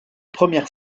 première